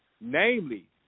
namely